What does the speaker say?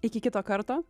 iki kito karto